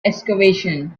excavation